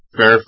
Fair